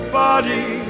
body